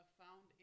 found